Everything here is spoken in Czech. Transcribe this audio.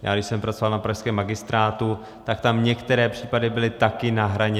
Já když jsem pracoval na pražském magistrátu, tak tam některé případy byly také na hraně.